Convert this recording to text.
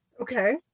okay